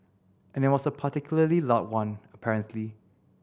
and it was a particularly loud one apparently